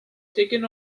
digon